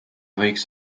võiks